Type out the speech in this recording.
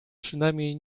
przynajmniej